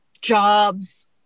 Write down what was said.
jobs